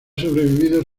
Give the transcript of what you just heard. sobrevivido